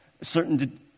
certain